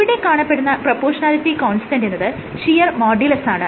ഇവിടെ കാണപ്പെടുന്ന proportionality constant എന്നത് ഷിയർ മോഡുലസാണ്